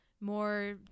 more